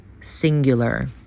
singular